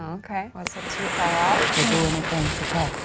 um okay, wasn't too far off. they do anything for clout.